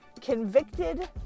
convicted